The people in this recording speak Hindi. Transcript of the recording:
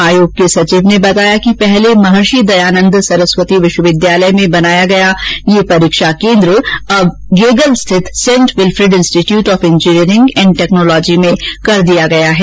आयोग सचिव ने बताया कि पहले महर्षि दयानंद सरस्वती विश्वविद्यालय में बनाया गया यह परीक्षा केन्द्र अब गेगल स्थित Saint Wilfred Institute of Engineering and Technology में कर दिया गया है